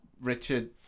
Richard